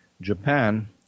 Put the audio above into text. Japan